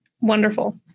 Wonderful